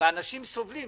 והאנשים סובלים.